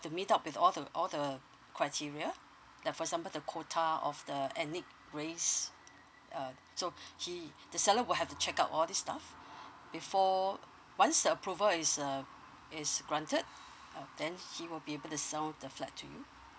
to meet up with all the all the criteria like for example the quota of the the ethnic race uh so he the seller will have to check out all these stuff before once the approval is uh it's granted uh then he will be able to sell the flat to you